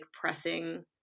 pressing